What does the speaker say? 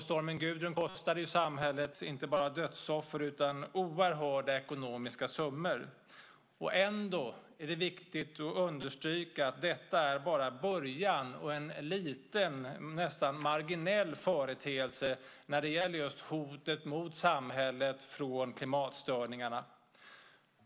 Stormen Gudrun kostade samhället inte bara dödsoffer utan också oerhörda ekonomiska summor. Ändå - det är viktigt att understryka - är detta bara början och en liten, nästan marginell företeelse när det gäller just hotet mot samhället från klimatstörningarna.